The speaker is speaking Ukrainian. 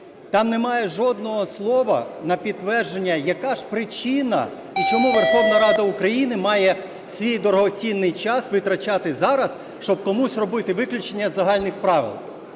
Там немає жодного слова на підтвердження, яка ж причина і чому Верховна Рада України має свій дорогоцінний час витрачати зараз, щоб комусь робити виключення з загальних правил.